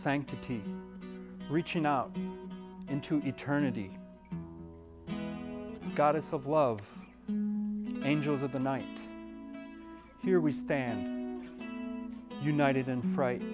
sanctity reaching out into eternity goddess of love angels of the night here we stand united in fright